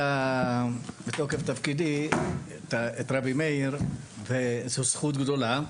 מתוקף תפקידי אני מלווה את רבי מאיר וזו זכות גדולה,